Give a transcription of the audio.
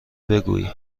بگویی